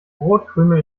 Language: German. brotkrümel